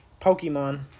Pokemon